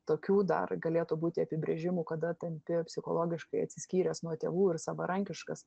tokių dar galėtų būti apibrėžimų kada tampi psichologiškai atsiskyręs nuo tėvų ir savarankiškas